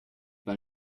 pas